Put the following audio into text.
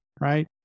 right